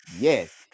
Yes